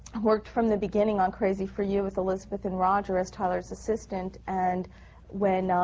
worked from the beginning on crazy for you with elizabeth and roger, as tyler's assistant. and when